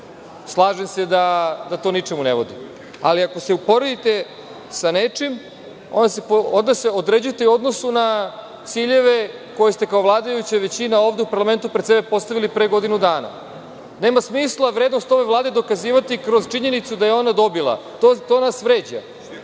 se da to ničemu ne vodi, ali ako se uporedite sa nečim, onda se određujete u odnosu na ciljeve koje ste kao vladajuća većina ovde u parlamentu pred sebe postavili pre godinu dana. Nema smisla vrednost ove Vlade dokazivati kroz činjenicu da je ona dobila, to nas vređa,